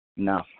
No